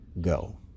go